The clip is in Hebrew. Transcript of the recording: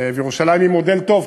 וירושלים היא מודל טוב,